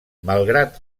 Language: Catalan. malgrat